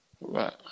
Right